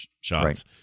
shots